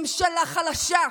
ממשלה חלשה.